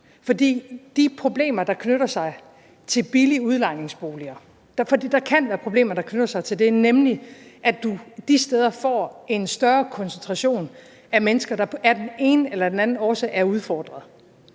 de problemer, der knytter sig til billige udlejningsboliger – for der kan være problemer, der knytter sig til det, nemlig at du de steder får en større koncentration af mennesker, der af den ene eller den anden årsag er udfordret,